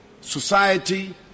society